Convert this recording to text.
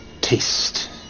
taste